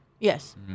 Yes